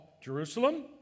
Jerusalem